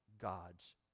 God's